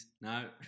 No